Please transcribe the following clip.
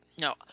No